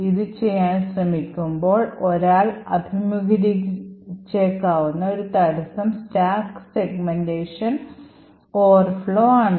ഇത് ചെയ്യാൻ ശ്രമിക്കുമ്പോൾ ഒരാൾ അഭിമുഖീകരിച്ചേക്കാവുന്ന ഒരു തടസ്സം സ്റ്റാക്ക് സെഗ്മെന്റ് overflow ആണ്